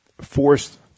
forced